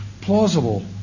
plausible